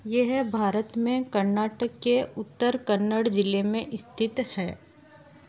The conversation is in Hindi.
यह भारत में कर्नाटक के उत्तर कन्नड़ जिले में स्थित है